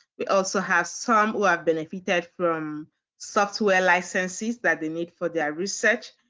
we also have some who have benefited from software licenses that they need for their research.